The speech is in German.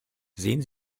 sehen